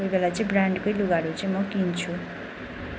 कोही बेला चाहिँ ब्रान्डकै लुगाहरू चाहिँ म किन्छु